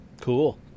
Cool